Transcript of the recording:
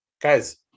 guys